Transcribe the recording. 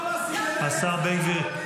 למנסור עבאס --- השר בן גביר,